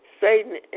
Satan